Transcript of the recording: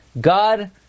God